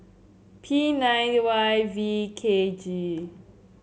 P nine Y V K G